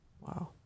Wow